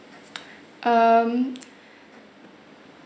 um